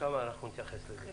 ושם אנחנו נתייחס לזה.